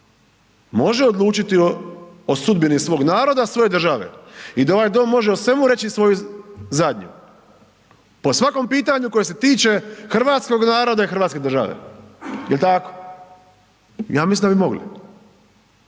može odlučiti o, o sudbini svog naroda i svoje države i da ovaj dom može o svemu reći svoju zadnju, po svakom pitanju koje se tiče hrvatskog naroda i hrvatske države, jel tako, ja mislim da bi mogli.